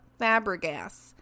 Fabregas